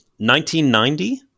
1990